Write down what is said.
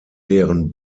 deren